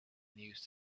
news